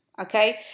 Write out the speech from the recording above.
okay